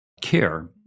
care